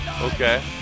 Okay